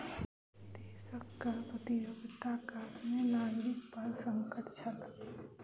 देशक कर प्रतियोगिताक कारणें नागरिक पर संकट छल